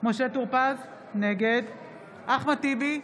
משה טור פז, נגד אחמד טיבי,